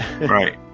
Right